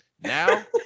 Now